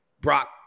Brock